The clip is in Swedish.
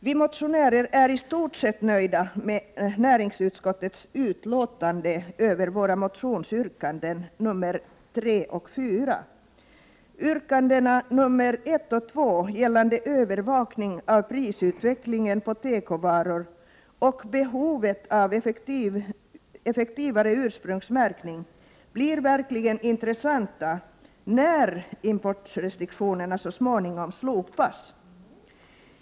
Vi motionärer är i stort sett nöjda med näringsutskottets yttrande över våra motionsyrkanden nr 3 och 4. Det skall verkligen bli intressant att se hur det går med våra yrkanden nr 1 och 2 — som avser övervakning av prisutvecklingen på tekovaror och behovet av effektivare ursprungsmärkning — när importrestriktionerna så småningom slopas.